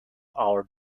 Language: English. our